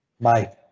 Bye